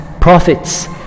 prophets